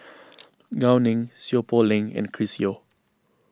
Gao Ning Seow Poh Leng and Chris Yeo